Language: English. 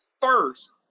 first